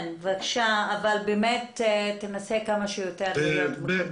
בבקשה, אבל באמת תנסה כמה שיותר בקיצור.